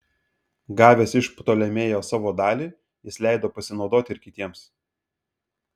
gavęs iš ptolemėjo savo dalį jis leido pasinaudoti ir kitiems